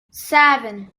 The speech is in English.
seven